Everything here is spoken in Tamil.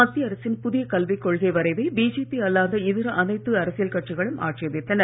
மத்திய அரசின் புதிய கல்விக் கொள்கை வரைனவை பிஜேபி அல்லாத இதர அனைத்து அரசியல் கட்சிகளும் ஆட்சேபித்தன